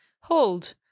hold